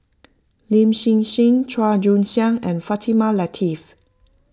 Lin Hsin Hsin Chua Joon Siang and Fatimah Lateef